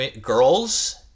girls